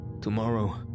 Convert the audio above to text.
tomorrow